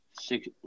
Six